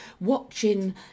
watching